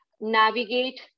navigate